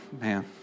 man